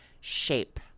Shape